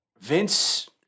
Vince